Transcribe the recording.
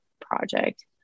project